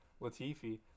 Latifi